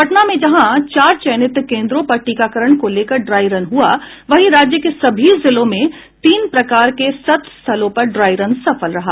पटना में जहां चार चयनित केंद्रों पर टीकाकरण को लेकर ड्राई रन हुआ वहीं राज्य के सभी जिलों में तीन प्रकार के सत्र स्थलों पर ड्राई रन सफल रहा